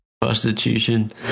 prostitution